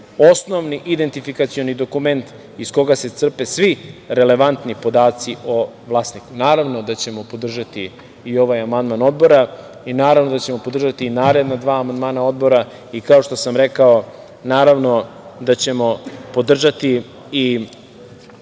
osnovni identifikacioni dokument iz koga se crpe svi relevantni podaci o vlasniku. Naravno da ćemo podržati i ovaj amandman odbora i naravno da ćemo podržati i naredna dva amandmana odbora i, kao što sam rekao, naravno da ćemo podržati i